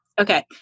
okay